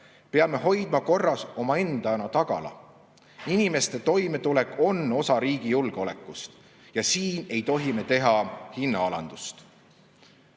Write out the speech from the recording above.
Peame oma tagala korras hoidma. Inimeste toimetulek on osa riigi julgeolekust ja siin ei tohi me teha hinnaalandust.